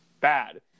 bad